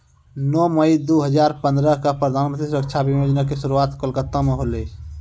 नौ मई दू हजार पंद्रह क प्रधानमन्त्री सुरक्षा बीमा योजना के शुरुआत कोलकाता मे होलै